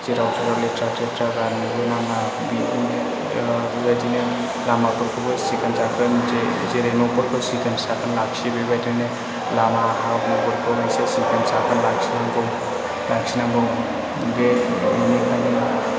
जेराव मेराव लेथ्रा फेथ्रा गारनोबो नाङा बिदि बेबायदिनो लामाफोरखौबो सिखोन साखोन जेरै जेरै न'खरखौ सिखोन साखोन लाखियो बेबायदिनो लामा हाफोरखौ इसे सिखोन साखोन लाखिनांगौ बे मानोना